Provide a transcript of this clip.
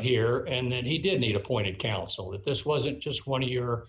here and he did need appointed counsel that this wasn't just one of your